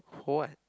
for what